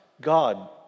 God